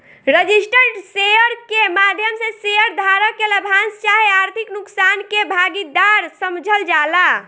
registered share के माध्यम से शेयर धारक के लाभांश चाहे आर्थिक नुकसान के भागीदार समझल जाला